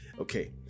Okay